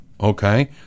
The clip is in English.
okay